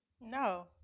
No